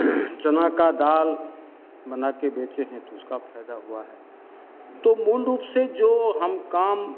चना का दाल बना के बेचे हैं तो उसका फ़ायदा हुआ है तो मूल रूप से जो हम काम